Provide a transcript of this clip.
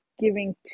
giving